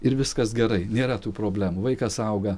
ir viskas gerai nėra tų problemų vaikas auga